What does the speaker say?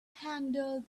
handle